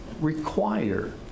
require